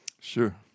Sure